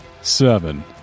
Seven